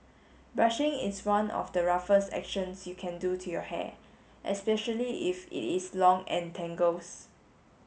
brushing is one of the roughest actions you can do to your hair especially if it is long and tangles